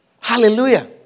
Hallelujah